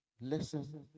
listen